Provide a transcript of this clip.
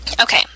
Okay